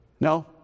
No